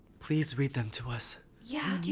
please read them to us. yeah yeah